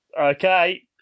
okay